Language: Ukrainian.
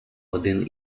один